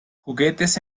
juguetes